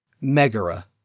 Megara